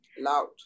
loud